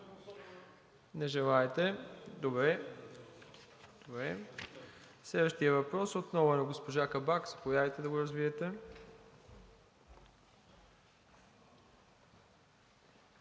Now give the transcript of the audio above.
Не желаете, добре. Следващият въпрос отново е на госпожа Кабак. Заповядайте да го развиете.